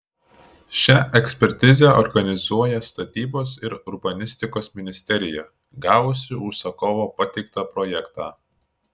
šią ekspertizę organizuoja statybos ir urbanistikos ministerija gavusi užsakovo pateiktą projektą